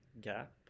gap